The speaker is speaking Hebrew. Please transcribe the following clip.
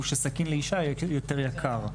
שסכין לאישה יותר יקר ב-12%.